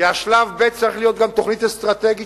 כי שלב ב' צריך להיות גם תוכנית אסטרטגית,